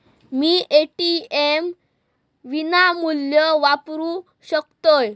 मी ATM विनामूल्य वापरू शकतय?